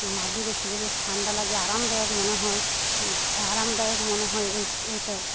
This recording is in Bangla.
মাদুরে শুলে বেশ ঠান্ডা লাগে আরামদায়ক মনে হয় আরামদায়ক মনে হয় এ এইটাই